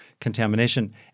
contamination